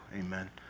amen